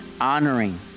honoring